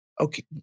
Okay